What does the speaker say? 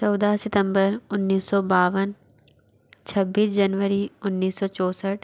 चौदह सितंबर उन्नीस सौ बावन छब्बीस जनवरी उन्नीस सौ चौसठ